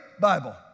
Bible